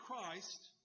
Christ